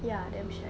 ya damn shag